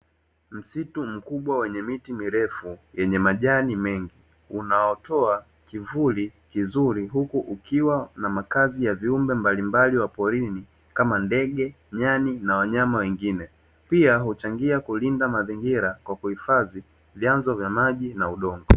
Msitu mkubwa wenye miti mirefu yenye majani mengi unaotoa kivuli kizuri huku ukiwa na makazi ya viumbe mbalimbali wa porini kama ndege, nyani na wanyama wengine, pia huchangia kulinda mazingira kwa kuhifadhi vyanzo vya maji na udongo.